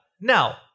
Now